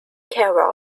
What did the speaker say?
care